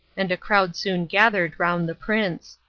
and a crowd soon gathered round the prince.